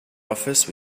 office